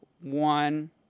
one